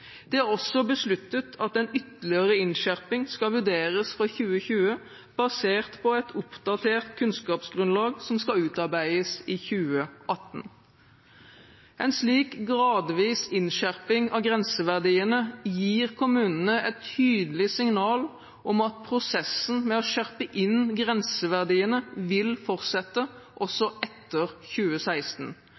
Det er også besluttet at en ytterligere innskjerping skal vurderes fra 2020, basert på et oppdatert kunnskapsgrunnlag som skal utarbeides i 2018. En slik gradvis innskjerping av grenseverdiene gir kommunene et tydelig signal om at prosessen med å skjerpe inn grenseverdiene vil fortsette også etter 2016,